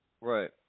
Right